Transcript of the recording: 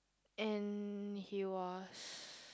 and he was